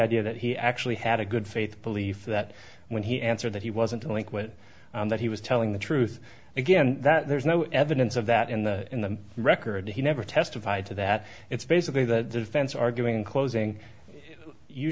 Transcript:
idea that he actually had a good faith belief that when he answered that he wasn't only quit that he was telling the truth again and that there's no evidence of that in the in the record he never testified to that it's basically the fence arguing in closing you